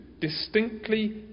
distinctly